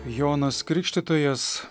jonas krikštytojas